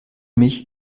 mich